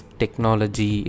technology